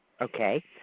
okay